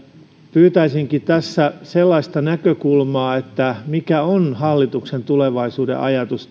pyytäisinkin tässä sellaista näkökulmaa että mikä on hallituksen tulevaisuuden ajatus